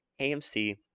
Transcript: AMC